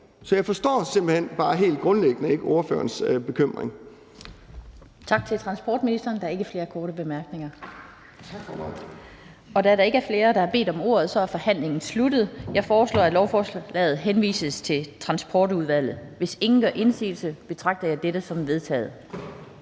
Så jeg forstår simpelt hen bare helt grundlæggende ikke ordførerens bekymring.